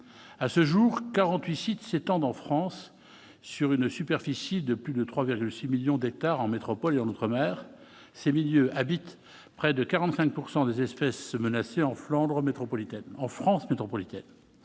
à ce jour 48 sites s'étendent en France sur une superficie de plus de 3,6 millions d'hectares en métropole et en outre-mer ces milieux habite près de 45 pourcent des espèces menacées en Flandre métropolitaine